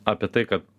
apie tai kad